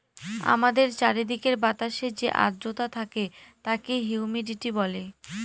আমাদের চারিদিকের বাতাসে যে আদ্রতা থাকে তাকে হিউমিডিটি বলে